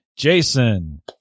Jason